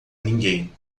ninguém